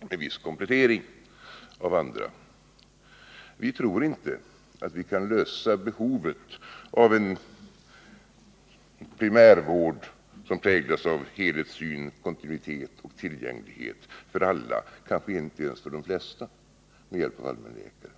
med en viss komplettering av andra läkare. Vi tror inte att vi kan fylla behovet av en primärvård — som präglas av helhetssyn, kontinuitet och tillgänglighet — för alla, kanske inte ens för de flesta, med hjälp av allmänläkare.